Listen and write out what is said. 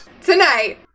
tonight